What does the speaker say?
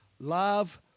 Love